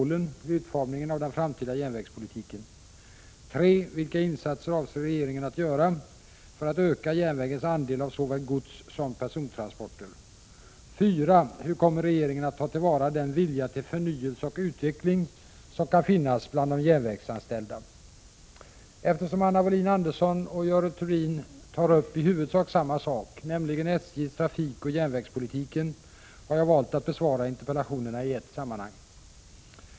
Hur kommer regeringen att ta till vara den vilja till förnyelse och utveckling som kan finnas bland de järnvägsanställda? Eftersom Anna Wohlin-Andersson och Görel Thurdin tar upp i huvudsak samma sak, nämligen SJ:s trafik och järnvägspolitiken, har jag valt att besvara interpellationerna i ett sammanhang.